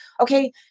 Okay